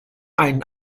einen